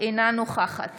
אינה נוכחת